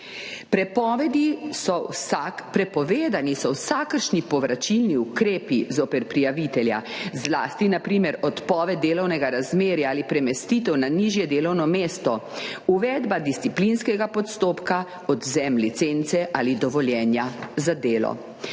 Prepovedani so vsakršni povračilni ukrepi zoper prijavitelja, zlasti na primer odpoved delovnega razmerja ali premestitev na nižje delovno mesto, uvedba disciplinskega postopka, odvzem licence ali dovoljenja za delo.